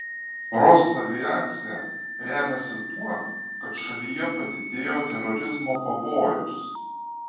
rosaviacija remiasi tuo kad šalyje padidėjo terorizmo pavojus